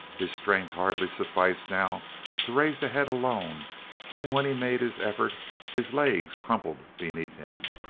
his strength hardly sufficed now to raise the head alone and when he made his effort his legs crumpled beneath him.